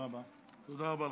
תודה רבה.